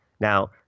Now